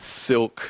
silk